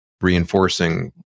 reinforcing